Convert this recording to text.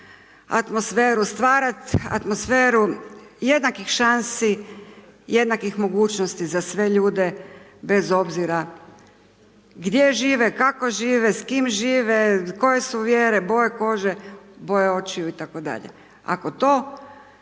atmosferu, stvarat atmosferu jednakih šansi, jednakih mogućnosti za sve ljude bez obzira gdje žive, kako žive, s kim žive, koje su vjere, boje kože, boje očiju itd., ako to